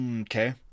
Okay